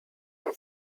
two